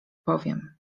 powiem